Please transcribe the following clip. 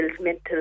mental